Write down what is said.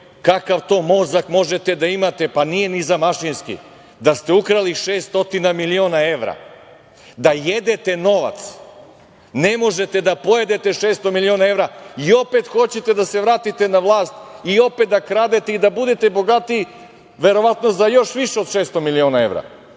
kakav to mozak možete da imate, pa, nije ni za mašinski, da ste ukrali 600 miliona evra, da jedete novac, ne možete da pojedete 600 miliona evra, i opet hoćete da se vratite na vlast i opet da kradete i da budete bogatiji, verovatno za još više od 600 miliona evra.